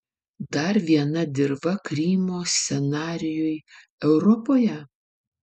dar viena dirva krymo scenarijui europoje